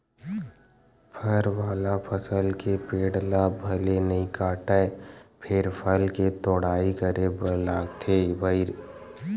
फर वाला फसल के पेड़ ल भले नइ काटय फेर फल के तोड़ाई करे बर लागथे भईर